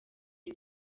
iyo